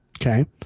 Okay